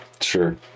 sure